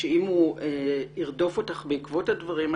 שאם הוא ירדוף אותך בעקבות הדברים האלה,